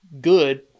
good